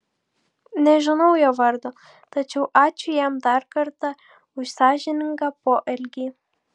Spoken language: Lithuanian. nežinau jo vardo tačiau ačiū jam dar kartą už sąžiningą poelgį